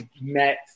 met